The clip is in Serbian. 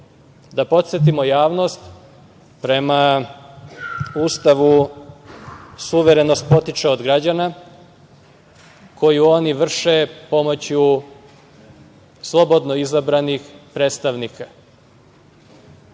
Da podsetimo javnost, prema Ustavu suverenost potiče od građana koju oni vrše pomoću slobodno izabranih predstavnika.